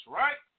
right